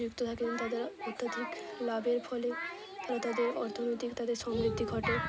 যুক্ত থাকেন তাদের অত্যাধিক লাভের ফলে তারা তাদের অর্থনৈতিক তাদের সমৃদ্ধি ঘটে